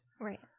right